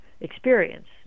experience